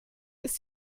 ist